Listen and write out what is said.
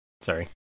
Sorry